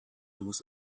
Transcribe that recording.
muss